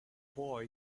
boy